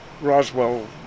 Roswell